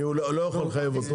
אני לא יכול לחייב אותו.